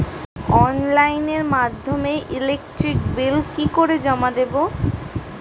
অনলাইনের মাধ্যমে electric bill কি করে জমা দেবো?